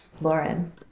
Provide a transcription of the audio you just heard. Lauren